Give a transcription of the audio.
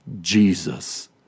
Jesus